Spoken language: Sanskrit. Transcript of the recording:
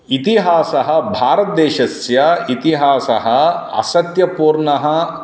इतिहासः भारतदेशस्य इतिहासः असत्यपूर्णः